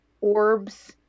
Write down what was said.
orbs